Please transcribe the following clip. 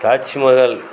Taj Mahal